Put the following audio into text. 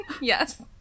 yes